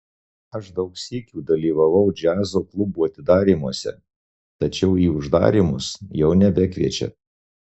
aš daug sykių dalyvavau džiazo klubų atidarymuose tačiau į uždarymus jau nebekviečia